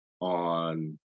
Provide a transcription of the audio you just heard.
on